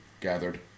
gathered